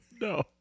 No